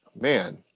man